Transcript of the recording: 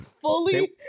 fully